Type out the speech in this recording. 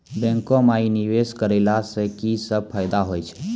बैंको माई निवेश कराला से की सब फ़ायदा हो छै?